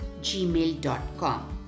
gmail.com